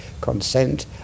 Consent